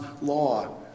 law